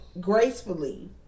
gracefully